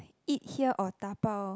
eat here or dabao